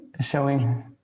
Showing